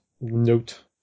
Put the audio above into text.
note